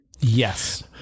yes